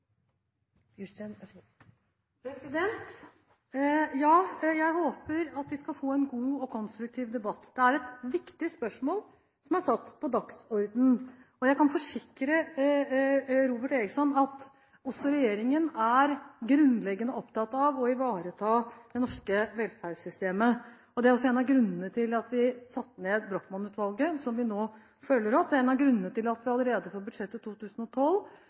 Ja, jeg håper at vi skal få en god og konstruktiv debatt. Det er et viktig spørsmål som er satt på dagsordenen, og jeg kan forsikre Robert Eriksson om at også regjeringen er grunnleggende opptatt av å ivareta det norske velferdssystemet. Det er også en av grunnene til at vi satte ned Brochmann-utvalget, som vi nå følger opp. Det er en av grunnene til at vi allerede på budsjettet for 2012